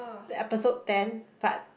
the episode ten but